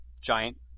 giant